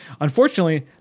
Unfortunately